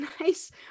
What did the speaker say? nice